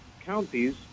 counties